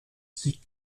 sie